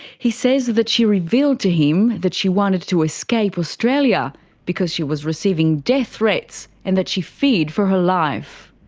he says that she revealed to him that she wanted to escape australia because she was receiving death threats and that she feared for her life.